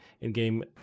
in-game